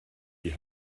die